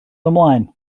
ymlaen